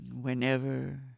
Whenever